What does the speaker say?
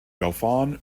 dauphin